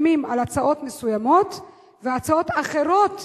חותמים על הצעות מסוימות והצעות אחרות